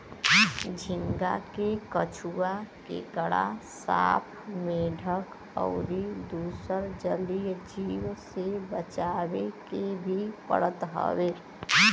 झींगा के कछुआ, केकड़ा, सांप, मेंढक अउरी दुसर जलीय जीव से बचावे के भी पड़त हवे